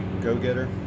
go-getter